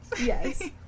yes